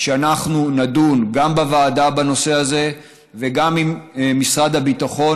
ואנחנו נדון בנושא הזה גם בוועדה וגם עם משרד הביטחון,